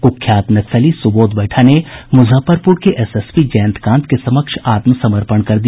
कुख्यात नक्सली सुबोध बैठा ने मुजफ्फरपुर के एसएसपी जयंत कांत के समक्ष आत्मसमर्पण कर दिया